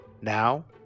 Now